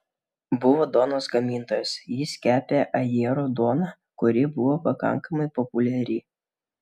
buvo duonos gamintojas jis kepė ajerų duoną kuri buvo pakankamai populiari